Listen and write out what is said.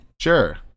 Sure